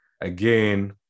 again